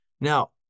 Now